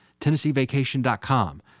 TennesseeVacation.com